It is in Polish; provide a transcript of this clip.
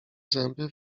zęby